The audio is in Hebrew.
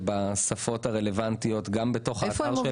בשפות הרלוונטיות גם בתוך האתר שלנו.